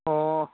ꯑꯣ